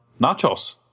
nachos